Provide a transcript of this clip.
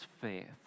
faith